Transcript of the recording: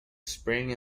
spring